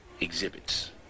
exhibits